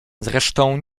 zresztą